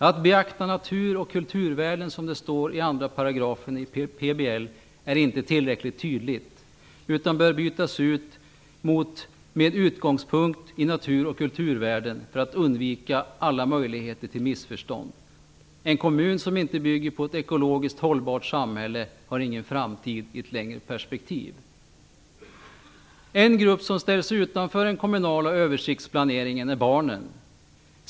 Att beakta natur och kulturvärden, som det står i 2 § PBL, är inte tillräckligt tydligt. Det bör bytas ut mot "med utgångspunkt i natur och kulturvärden", för att undvika alla möjligheter till missförstånd. En kommun som inte bygger på ett ekologiskt hållbart samhälle har ingen framtid i ett längre perspektiv. En grupp som ställs utanför den kommunala översiktsplaneringen är barnen.